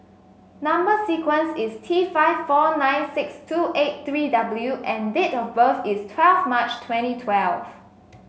number sequence is T five four nine six two eight three W and date of birth is twelfth March twenty twelve